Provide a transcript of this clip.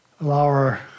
allow